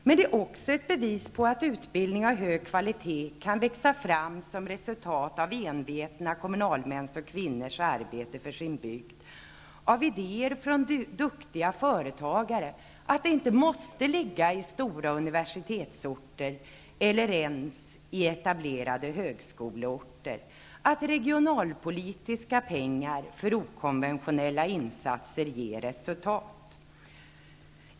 Det är också ett bevis på att en utbildning av hög kvalitet kan växa fram som resultat av envetna kommunalmäns och kvinnors arbete för sin bygd och av idéer från duktiga företagare. Den måste inte ligga på stora universitetsorter eller ens på etablerade högskoleorter. Regionalpolitiska pengar för okonventionella insatser ger resultat.